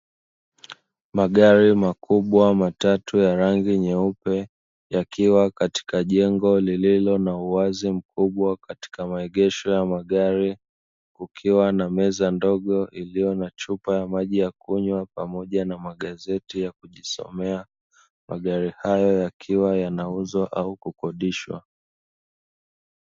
Magari makubwa matatu ya rangi nyeupe yakiwa katika jengo lililo na uwazi mkubwa katika maegesho ya magari, ukiwa na meza ndogo iliyo na chupa ya maji ya kunywa pamoja na magazeti ya kukusomea. Magari hayo yakiwa yanauzwa au kukodishwa.